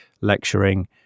lecturing